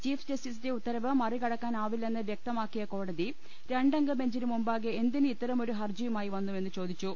chief ജസ്റ്റിസിന്റെ ഉത്തരവ് മറികടക്കാനാവില്ലെന്ന് വ്യക്തമാക്കിയ കോടതി രണ്ടംഗ ബെഞ്ചിന് മുമ്പാകെ എന്തിന് ഇത്തരമൊരു ഹർജിയുമായി വന്നുവെന്ന് ചോദിച്ചു